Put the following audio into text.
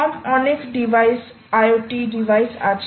কম অনেক IoT device আছে